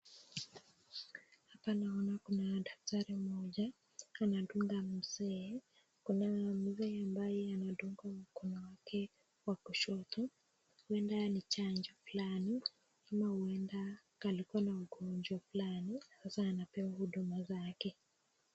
Hapa naona kuna daktari mmoja anadunga mzee, kuna mzee ambaye anadungwa mkono wake wa kushoto, huenda ni chanjo fulani ama huenda alikuwa na ugonjwa fulani sasa anapewa huduma zake.